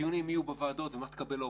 הדיונים יהיו בוועדות, ומה תקבל האופוזיציה?